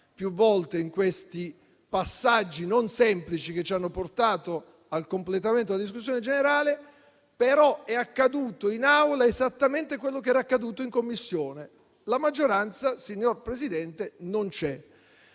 più volte in questi passaggi non semplici, che ci hanno portato al completamento della discussione generale, ma è accaduto in Aula esattamente quello che era accaduto in Commissione: la maggioranza, signor Presidente, non c'è.